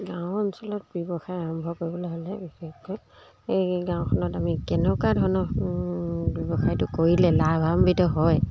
গাঁও অঞ্চলত ব্যৱসায় আৰম্ভ কৰিবলৈ হ'লে বিশেষকৈ এই গাঁওখনত আমি কেনেকুৱা ধৰণৰ ব্যৱসায়টো কৰিলে লাভাম্বিত হয়